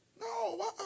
No